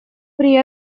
при